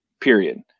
period